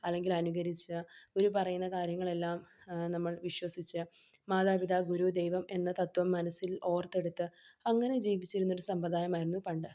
അല്ലെങ്കിൽ അനുകരിച്ച് ഒരു പറയുന്ന കാര്യങ്ങളെല്ലാം നമ്മൾ വിശ്വസിച്ച് മാതാപിതാക്കൾ ഗുരു ദൈവം എന്ന തത്വം മനസ്സിൽ ഓർത്ത് എടുത്ത് അങ്ങനെ ജീവിച്ചിരുന്ന ഒരു സമ്പ്രദായമായിരുന്നു പണ്ട്